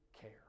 care